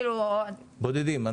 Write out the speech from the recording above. בודדים.